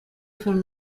from